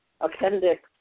appendix